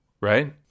right